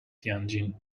tianjin